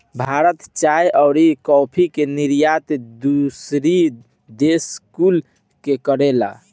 भारत चाय अउरी काफी के निर्यात दूसरी देश कुल के करेला